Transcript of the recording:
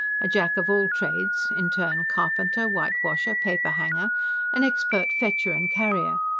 a jack-of-all-trades in turn carpenter, whitewasher, paper-hanger an expert fetcher and carrier,